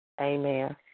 Amen